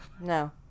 No